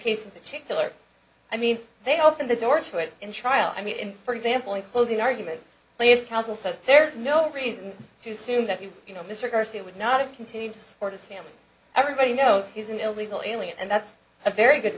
case in particular i mean they open the door to it in trial i mean for example in closing argument plaintiffs counsel said there's no reason to assume that you you know mr garcia would not have continued to support his family everybody knows he's an illegal alien and that's a very good